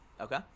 Okay